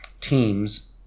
teams